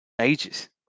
ages